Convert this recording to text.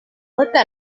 mõte